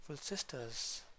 Sisters